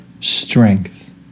strength